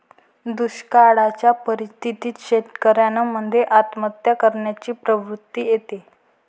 दुष्काळयाच्या परिस्थितीत शेतकऱ्यान मध्ये आत्महत्या करण्याची प्रवृत्ति येते